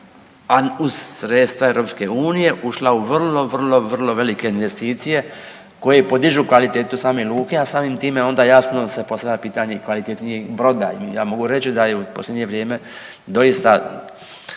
a uz sredstva EU ušla u vrlo, vrlo velike investicije koje podižu kvalitetu same luke, a samim time onda jasno se postavlja pitanje i kvalitetnijeg broda. I ja mogu reći da je u posljednje vrijeme doista